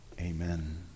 amen